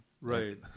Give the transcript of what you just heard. Right